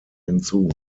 hinzu